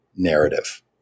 narrative